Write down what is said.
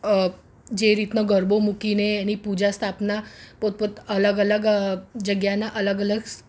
જે રીતનો ગરબો મૂકીને એની પૂજા સ્થાપના પોતપોત અલગ અલગ જગ્યાના અલગ અલગ